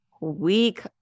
Week